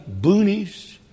boonies